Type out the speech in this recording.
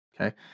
Okay